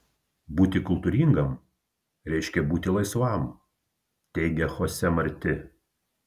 būti kultūringam reiškia būti laisvam teigia chose marti